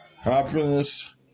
happiness